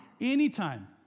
Anytime